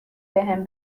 بهم